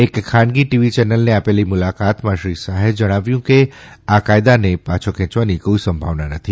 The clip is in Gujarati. એક ખાનગી ટીવી ચેનલને આપેલી મુલાકાતમાં શ્રી શાહે જણાવ્યું હતું કે આ કાયદાને પાંછો ખેંચવાની કોઈ સંભાવના નથી